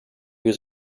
was